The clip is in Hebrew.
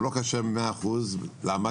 הוא לא כשר ב-100% למה?